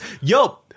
yo